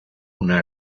una